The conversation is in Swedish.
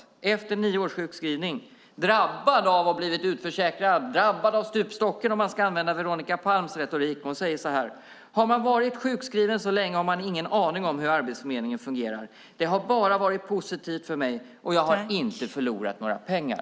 Hon har varit sjukskriven i nio år, drabbad av att ha blivit utförsäkrad och drabbad av stupstocken, om man ska använda Veronica Palms retorik. Hon säger så här: Har man varit sjukskriven så länge har man ingen aning om hur Arbetsförmedlingen fungerar. Det har bara varit positivt för mig, och jag har inte förlorat några pengar.